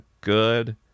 good